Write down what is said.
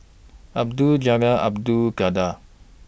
Abdul Jalil Abdul Kadir